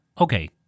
Okay